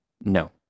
No